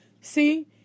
See